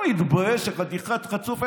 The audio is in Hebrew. אתה לא מתבייש, חתיכת חצוף?